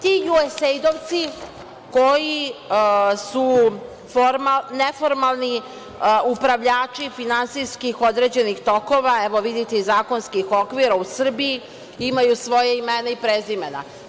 Ti USAID-ovci, koji su neformalni upravljači finansijskih određenih tokova, evo vidite i zakonskih okvira u Srbiji, imaju svoja imena i prezimena.